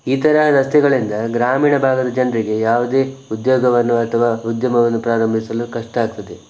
ಈ ಥರ ರಸ್ತೆಗಳಿಂದ ಗ್ರಾಮೀಣ ಭಾಗದ ಜನರಿಗೆ ಯಾವುದೇ ಉದ್ಯೋಗವನ್ನು ಅಥವಾ ಉದ್ಯಮವನ್ನು ಪ್ರಾರಂಭಿಸಲು ಕಷ್ಟ ಆಗ್ತದೆ